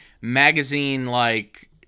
magazine-like